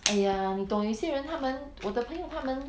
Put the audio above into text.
!aiya! 你懂有一些人他们我的朋友他们